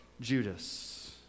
Judas